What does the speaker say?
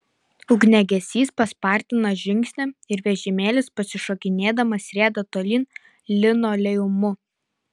ugniagesys paspartina žingsnį ir vežimėlis pasišokinėdamas rieda tolyn linoleumu